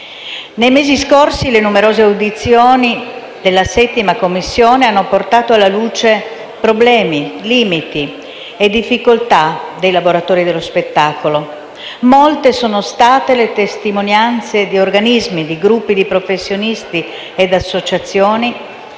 Nei mesi scorsi le numerose audizioni della 7a Commissione hanno portato alla luce problemi, limiti e difficoltà dei lavoratori dello spettacolo. Molte sono state le testimonianze di organismi, gruppi di professionisti e associazioni